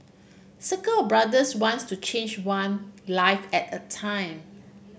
circle of brothers wants to change one life at a time